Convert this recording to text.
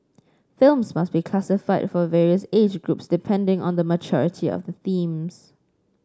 films must be classified for various age groups depending on the maturity of the themes